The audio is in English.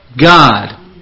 God